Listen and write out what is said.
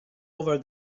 over